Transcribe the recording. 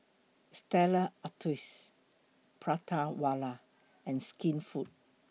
Stella Artois Prata Wala and Skinfood